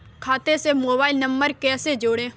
खाते से mobile number कैसे जोड़ें?